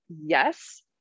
yes